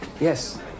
Yes